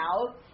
out